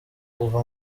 kuva